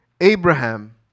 Abraham